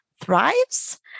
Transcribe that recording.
thrives